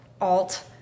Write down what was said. alt